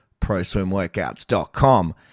proswimworkouts.com